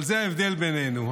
זה ההבדל ביננו.